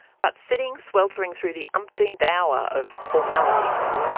but sitting sweltering through the umpteenth hour of formalities,